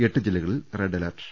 എട്ട് ജില്ലകളിൽ red alert